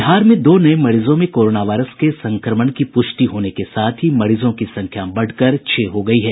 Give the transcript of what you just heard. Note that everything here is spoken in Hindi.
बिहार में दो नये मरीजों में कोरोना वायरस के संक्रमण की प्रष्टि होने के साथ ही मरीजों की संख्या बढ़कर छह हो गयी है